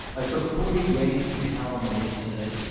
i took forty grains of calomel yesterday,